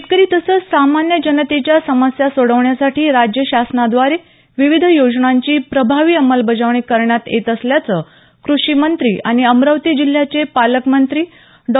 शेतकरी तसंच सामान्य जनतेच्या समस्या सोडवण्यासाठी राज्य शासनाव्दारे विविध योजनांची प्रभावी अंमलबजावणी करण्यात येतं असल्याचं कृषी मंत्री आणि अमरावती जिल्ह्याचे पालकमंत्री डॉ